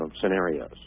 scenarios